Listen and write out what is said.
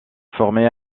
formé